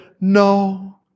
No